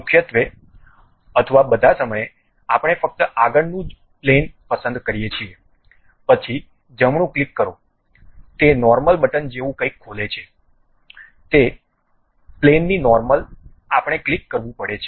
મુખ્યત્વે અથવા બધા સમયે આપણે ફક્ત આગળનું પ્લેન જ પસંદ કરીએ છીએ પછી જમણું ક્લિક કરો તે નોર્મલ બટન જેવું કંઈક ખોલે છે તે પ્લેનની નોર્મલ આપણે ક્લિક કરવું પડે છે